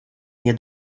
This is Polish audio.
nie